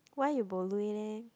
why you bo lui leh